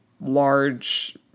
large